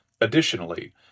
Additionally